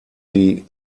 sie